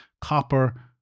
copper